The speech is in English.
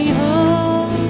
home